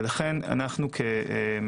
לכן לנו כמדינה,